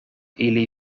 ili